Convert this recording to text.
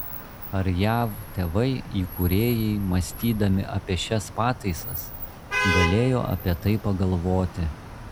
ar jav tėvai įkūrėjai mąstydami apie šias pataisas galėjo apie tai pagalvoti